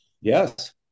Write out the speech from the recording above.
Yes